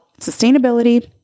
sustainability